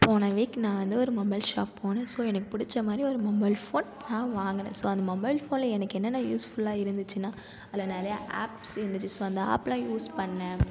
போன வீக் நான் வந்து ஒரு மொபைல் ஷாப் போனேன் ஸோ எனக்கு பிடித்த மாதிரி ஒரு மொபைல் ஃபோன் நான் வாங்கினேன் ஸோ அந்த மொபைல் ஃபோனில் எனக்கு என்னென்ன யூஸ் ஃபுல்லாக இருந்துச்சுன்னா அதில் நிறைய ஆப்ஸ் இருந்துச்சு ஸோ அந்த ஆப்பெலாம் யூஸ் பண்ணிணேன்